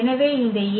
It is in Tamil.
எனவே இந்த A